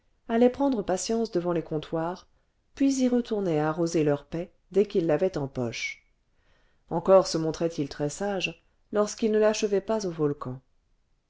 allaient prendre patience devant les comptoirs puis y retournaient arroser leur paie dès qu'ils l'avaient en poche encore se montraient ils très sages lorsqu'ils ne l'achevaient pas au volcan